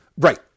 right